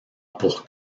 pour